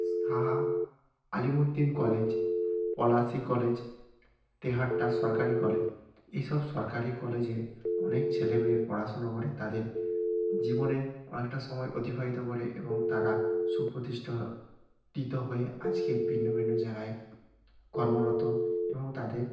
Saha Alimuddin college Palashi college Tehatta সরকারি college এসব সরকারি কলেজ অনেক ছেলেমেয়ে পড়াশুনো করে তাদের জীবনের অনেকটা সময় অতিবাহিত করে এবং তারা সুপ্রতিষ্ঠা তিত হয়ে আচকে ভিন্ন ভিন্ন জায়গায় কর্মরত এবং তাদের